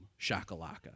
shakalaka